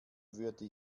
würde